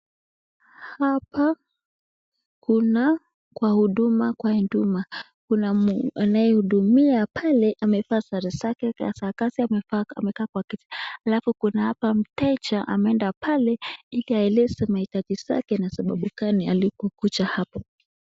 Hapa kuna huduma kwa huduma, kuna anayehudumia pale amevaa sare zake za kazi amekaa kwa kiti alafu kuna hapa mteja ameenda ili aeleze mahitaji zake na sababu gani alipokuja hapo.